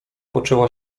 poczęła